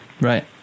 right